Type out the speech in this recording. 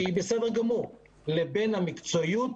שהיא בסדר גמור, לבין המקצועיות,